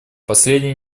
последние